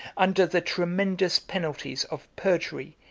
under the tremendous penalties of perjury,